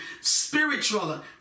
spiritual